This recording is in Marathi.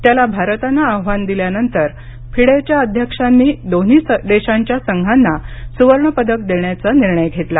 त्याला भारतानं आव्हान दिल्यानंतर फिडेच्या अध्यक्षांनी दोन्ही देशांच्या संघांना सुवर्णपदक देण्याचा निर्णय घेतला